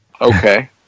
Okay